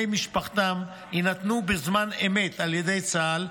משפחתם יינתנו בזמן אמת על ידי צה"ל,